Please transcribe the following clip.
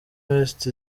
west